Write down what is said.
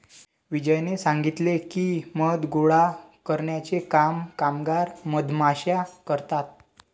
विजयने सांगितले की, मध गोळा करण्याचे काम कामगार मधमाश्या करतात